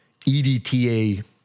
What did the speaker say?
EDTA